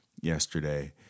yesterday